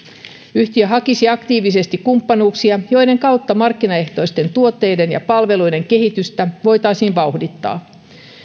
yhtiö hakisi aktiivisesti kumppanuuksia joiden kautta markkinaehtoisten tuotteiden ja palveluiden kehitystä voitaisiin vauhdittaa